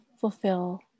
fulfill